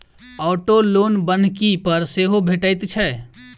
auto loan बन्हकी पर सेहो भेटैत छै